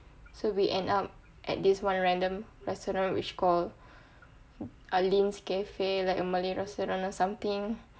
so we end up at this one random restaurant which call aline's cafe like a malay restaurant or something